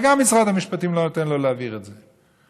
ומשרד המשפטים לא נותן גם לו להעביר את זה.